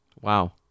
Wow